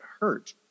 hurt